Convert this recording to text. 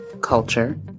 culture